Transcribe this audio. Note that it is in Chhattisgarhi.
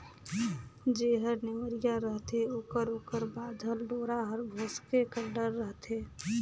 जेहर नेवरिया रहथे ओकर ओकर बाधल डोरा हर भोसके कर डर रहथे